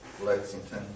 Lexington